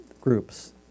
groups